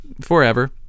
forever